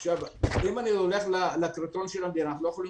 אם אני הולך לקריטריון של המדינה אנחנו לא יכולים